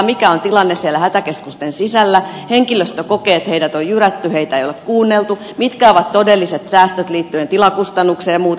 mikä on tilanne siellä hätäkeskusten sisällä henkilöstö kokee että heidät on jyrätty heitä ei ole kuunneltu mitkä ovat todelliset säästöt liittyen tilakustannuksiin ja muuta